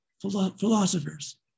philosophers